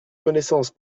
connaissance